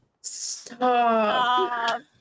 Stop